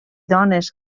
dones